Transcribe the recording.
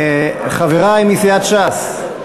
חברי מסיעת ש"ס,